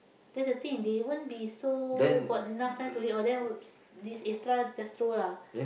that's the thing they won't be so got enough time to read all then this extra just throw lah